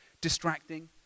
distracting